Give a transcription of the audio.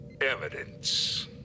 Evidence